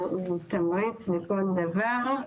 אבל הוא תמריץ לכל דבר.